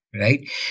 right